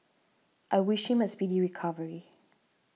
I wish him a speedy recovery